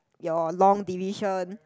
your long division